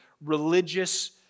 religious